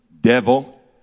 Devil